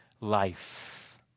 life